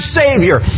savior